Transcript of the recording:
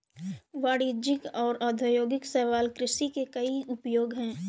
वाणिज्यिक और औद्योगिक शैवाल कृषि के कई उपयोग हैं